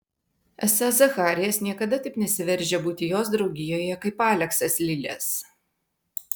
esą zacharijas niekada taip nesiveržia būti jos draugijoje kaip aleksas lilės